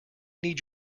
need